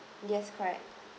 yes correct